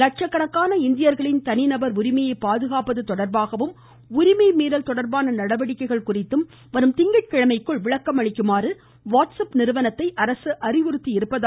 லட்சக்கணக்கான இந்தியர்களின் தனிநபர் உரிமையை பாதுகாப்பது தொடர்பாகவும் உரிமை மீறல் தொடர்பான நடவடிக்கைகள் குறித்தும் வரும் திங்கட்கிழமைக்குள் விளக்கம் அளிக்குமாறு வாட்ஸ் அப் நிறுவனத்தை அரசு அறிவுறுத்தியுள்ளது